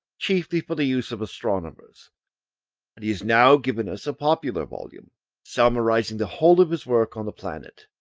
chiefly for the use of astronomers and he has now given us a popular volume summarising the whole of his work on the planet,